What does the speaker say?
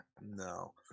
no